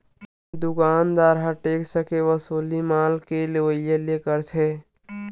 दुकानदार ह टेक्स के वसूली माल के लेवइया ले करथे